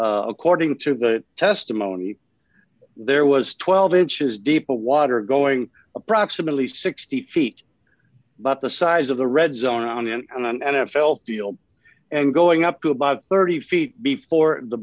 according to the testimony there was twelve inches deep water going approximately sixty feet but the size of the red zone around in an n f l field and going up to about thirty feet before the